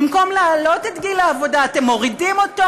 במקום להעלות את גיל העבודה אתם מורידים אותו?